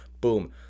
boom